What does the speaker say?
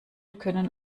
können